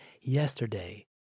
yesterday